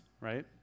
right